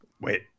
Wait